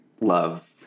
love